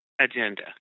agenda